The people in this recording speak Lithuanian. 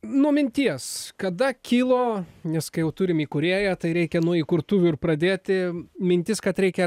nuo minties kada kilo nes kai jau turim įkūrėją tai reikia nuo įkurtuvių ir pradėti mintis kad reikia